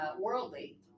worldly